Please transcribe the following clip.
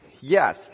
Yes